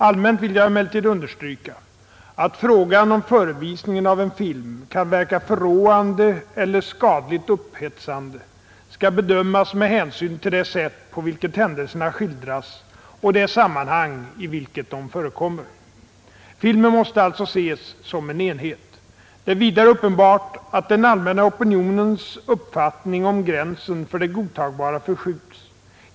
Allmänt vill jag emellertid understryka att frågan om förevisningen av en film kan verka förråande eller skadligt upphetsande skall bedömas med hänsyn till det sätt på vilket händelserna skildras och det sammanhang i vilket de förekommer. Filmen måste alltså ses som en enhet. Det är vidare uppenbart att den allmänna opinionens uppfattning om gränsen för det godtagbara förskjuts.